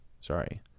Sorry